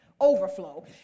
overflow